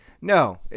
No